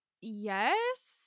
yes